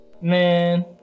man